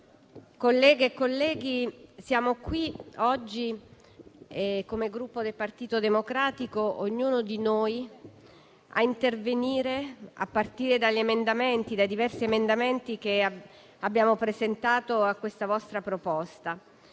colleghe e colleghi, siamo qui oggi come Gruppo Partito Democratico, ognuno di noi, a intervenire a partire dai diversi emendamenti che abbiamo presentato a questa vostra proposta.